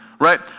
right